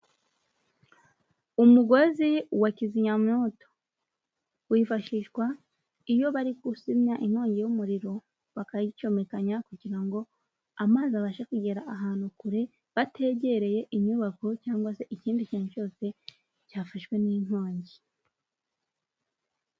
Umugozi wa kizimyamwoto, wifashishwa iyo bari kuzimya inkongi y'umuriro, bakayicomekanya kugira ngo amazi abashe kugera ahantu kure, bategereye inyubako cyangwa se ikindi kintu cyose cyafashwe n'inkongi.